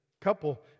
couple